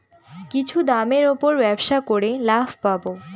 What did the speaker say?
কিছুর দামের উপর ব্যবসা করে লাভ পাবো